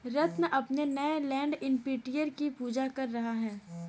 रत्न अपने नए land imprinter की पूजा कर रहा है